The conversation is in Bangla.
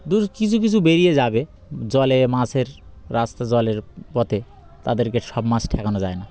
দু কিছু কিছু বেরিয়ে যাবে জলে মাছের রাস্তা জলের পথে তাদেরকে সব মাছ ঠেকানো যায় না